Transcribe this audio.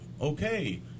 okay